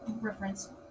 reference